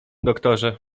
doktorze